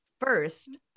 First